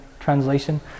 Translation